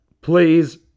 Please